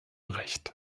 recht